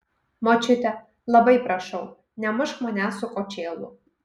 močiute labai prašau nemušk manęs su kočėlu